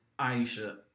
Aisha